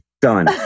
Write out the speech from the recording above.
done